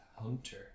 Hunter